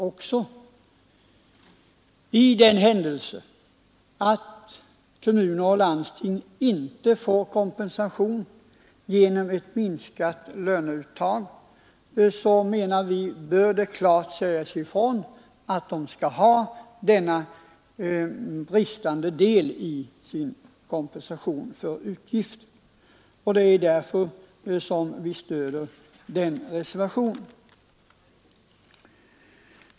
För den händelse kommuner och landsting inte får kompensation genom ett minskat löneuttag anser vi att det klart bör sägas ifrån att kommunerna skall på annat sätt erhålla kompensation för de ökade utgifterna.